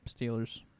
Steelers